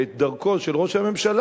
ואת דרכו של ראש הממשלה,